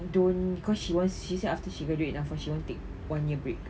don't cause she wants she said after she graduated ah she want to take one year break